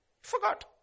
Forgot